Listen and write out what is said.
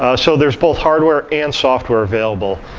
ah so there's both hardware and sofware available.